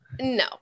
No